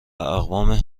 اقوام